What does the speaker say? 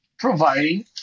Providing